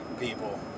people